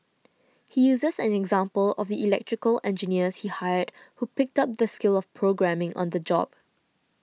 he uses an example of the electrical engineers he hired who picked up the skill of programming on the job